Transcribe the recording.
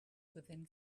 within